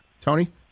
Tony